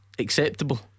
Acceptable